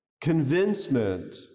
convincement